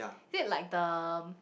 is it like the